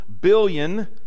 billion